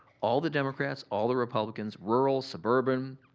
all the democrats, all the republicans, rural, suburban,